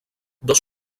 dos